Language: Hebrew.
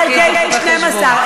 קחי את זה בחשבון.